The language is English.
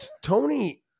Tony